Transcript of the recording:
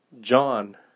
John